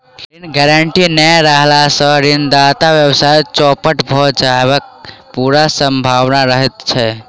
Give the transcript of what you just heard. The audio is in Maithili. ऋण गारंटी नै रहला सॅ ऋणदाताक व्यवसाय चौपट भ जयबाक पूरा सम्भावना रहैत छै